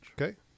Okay